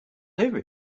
every